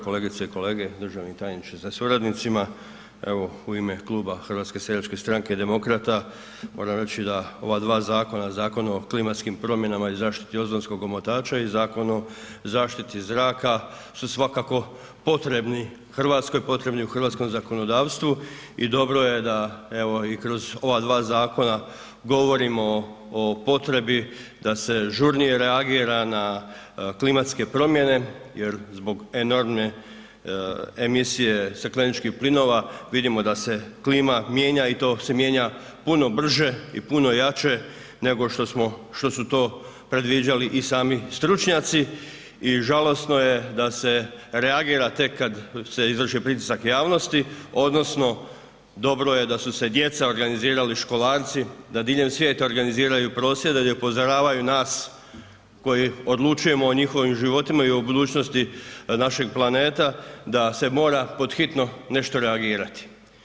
Kolegice i kolege, državni tajniče sa suradnicima evo u ime Kluba HSS-a i Demokrata moram reći da ova dva zakona, Zakon o klimatskim promjenama i zaštiti ozonskog omotača i Zakon o zaštiti zraka su svakako potrebni Hrvatskoj, potrebni u hrvatskom zakonodavstvu i dobro je da evo i kroz ova dva zakona govorimo o potrebi da se žurnije reagira na klimatske promjene jer zbog enormne emisije stakleničkih plinova vidimo da se klima mijenja i to se mijenja puno brže i puno jače nego što smo, što su to predviđali i sami stručnjaci i žalosno je da se reagira tek kad se izvrši pritisak javnosti odnosno dobro je da su se djeca organizirali školarci, da diljem svijeta organiziraju prosvjede i upozoravaju nas koji odlučujemo o njihovim životima i o budućnosti našeg planeta da se mora pod hitno nešto reagirati.